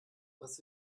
was